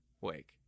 wake